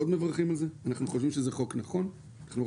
יש לי, אני אשמח לפנות, תודה.